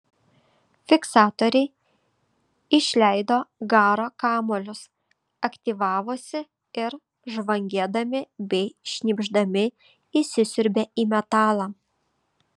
fiksatoriai išleido garo kamuolius aktyvavosi ir žvangėdami bei šnypšdami įsisiurbė į metalą